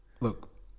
Look